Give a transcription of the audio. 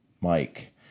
Mike